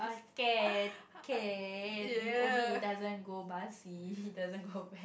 okay can can if only it doesn't go pass it doesn't go back